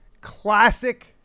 Classic